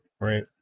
Right